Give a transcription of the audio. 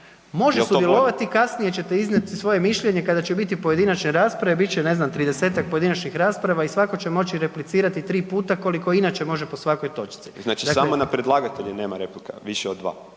Može sudjelovati. Kasnije ćete iznijeti svoje mišljenje kada će biti pojedinačne rasprave, bit će ne znam 30-ak pojedinačnih rasprava i svako će moći replicirati tri puta koliko inače može po svakoj točci. **Tomašević, Tomislav (Možemo!)** Znači samo na predlagatelje nema replika više od dva